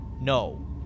no